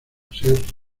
ser